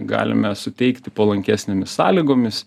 galime suteikti palankesnėmis sąlygomis